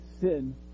sin